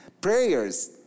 prayers